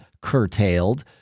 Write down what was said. curtailed